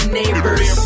neighbors